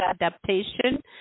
adaptation